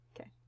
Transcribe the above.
Okay